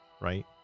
right